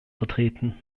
vertreten